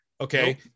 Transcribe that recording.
okay